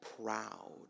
proud